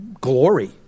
glory